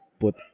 put